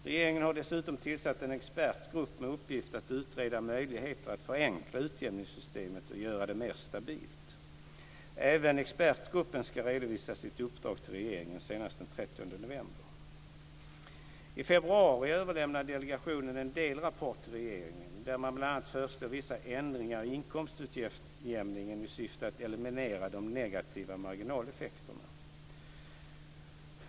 Regeringen har dessutom tillsatt en expertgrupp Även expertgruppen ska redovisa sitt uppdrag till regeringen senast den 30 november. I februari överlämnade delegationen en delrapport till regeringen där man bl.a. föreslår vissa ändringar i inkomstutjämningen i syfte att eliminera de negativa marginaleffekterna.